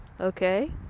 Okay